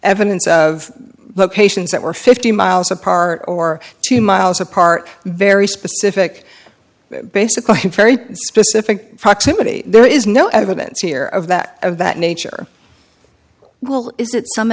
evidence of locations that were fifty miles apart or two miles apart very specific basically very specific proximity there is no evidence here of that of that nature well is that some